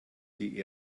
die